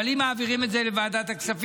אבל אם מעבירים את זה לוועדת הכספים,